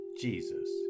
Jesus